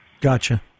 Gotcha